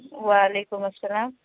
و علیکم السلام